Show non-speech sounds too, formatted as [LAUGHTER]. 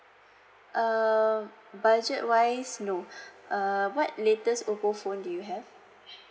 uh budget wise no [BREATH] err what latest oppo phone do you have